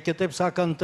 kitaip sakant